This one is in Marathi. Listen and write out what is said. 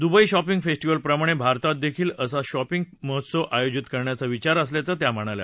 दुबई शॉपिंग फेस्टिवल प्रमाणे भारतात देखील असा शॉपिंग महोत्सव आयोजित करण्याचा विचार असल्याचं त्या म्हणाल्या